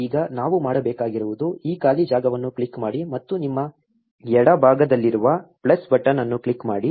ಈಗ ನಾವು ಮಾಡಬೇಕಾಗಿರುವುದು ಈ ಖಾಲಿ ಜಾಗವನ್ನು ಕ್ಲಿಕ್ ಮಾಡಿ ಮತ್ತು ನಿಮ್ಮ ಎಡಭಾಗದಲ್ಲಿರುವ ಪ್ಲಸ್ ಬಟನ್ ಅನ್ನು ಕ್ಲಿಕ್ ಮಾಡಿ